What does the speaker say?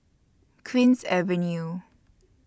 Queen's Avenue